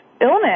illness